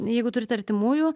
jeigu turit artimųjų